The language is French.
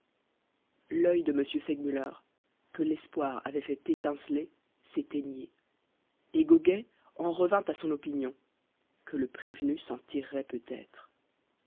l'œil de m segmuller que l'espoir avait fait étinceler s'éteignit et goguet en revint à son opinion que le prévenu s'en tirerait peut-être